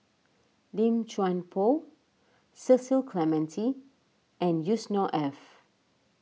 Lim Chuan Poh Cecil Clementi and Yusnor Ef